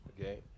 okay